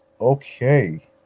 okay